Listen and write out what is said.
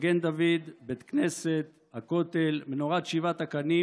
מגן דוד, בית כנסת, הכותל, מנורת שבעת הקנים